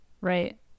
Right